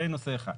זה נושא אחד.